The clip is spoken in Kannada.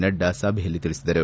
ನಡ್ಡಾ ಸಭೆಯಲ್ಲಿ ತಿಳಿಸಿದರು